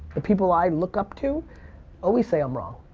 the people i look up to always say i'm wrong.